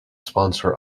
sponsor